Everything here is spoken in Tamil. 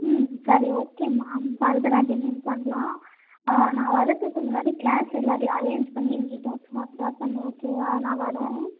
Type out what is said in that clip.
ம் சரி ஓகேம்மா பரதநாட்டியமே பண்ணலாம் நான் வரத்துக்கு முன்னாடி க்ளாஸில் எல்லோரையும் அரேஞ்ச் பண்ணி எனக்கு நீட்டாக ப்ராப்பரா பண்ணு ஓகேவா நான் வரேன்